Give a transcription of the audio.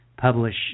publish